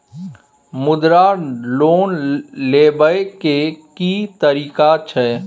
मुद्रा लोन लेबै के की तरीका छै?